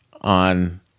on